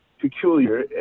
peculiar